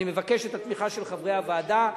אני מבקש את התמיכה של חברי הוועדה.